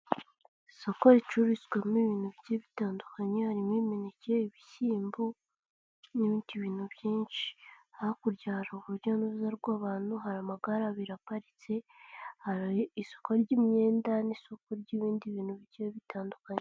Isoko ricururizwamo ibintu bigiye bitandukanye harimo imineke, ibishyimbo n'ibindi bintu byinshi, hakurya hari urujya n'uruza rw'abantu hari amagare abiri aparitse, hari isoko ry'imyenda n'isoko ry'ibindi bintu bigiye bitandukanye.